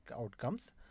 outcomes